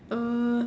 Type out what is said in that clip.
uh